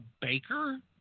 baker